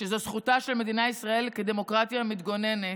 שזאת זכותה של מדינת ישראל כדמוקרטיה מתגוננת,